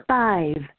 five